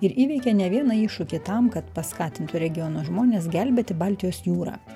ir įveikė ne vieną iššūkį tam kad paskatintų regiono žmones gelbėti baltijos jūrą